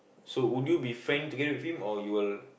so would you be friend together with him or you will